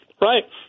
Right